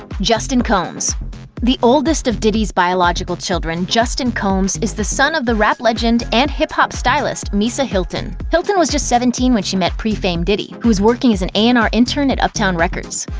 justin combs the oldest of diddy's biological children, justin combs, is the son of the rap legend and hip-hop stylist misa hylton. hylton was just seventeen when she met a pre-fame diddy, who was working as an a and r intern at uptown records.